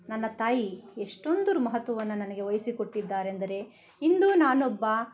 ನನ್ನ ತಾಯಿ ಎಷ್ಟೊಂದು ಮಹತ್ವವನ್ನು ನನಗೆ ವಹಿಸಿಕೊಟ್ಟಿದ್ದಾರೆ ಎಂದರೆ ಇಂದು ನಾನೊಬ್ಬ